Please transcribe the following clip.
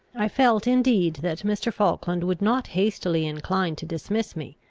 i felt indeed that mr. falkland would not hastily incline to dismiss me,